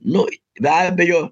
nu be abejo